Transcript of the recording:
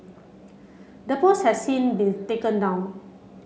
the post has since been taken down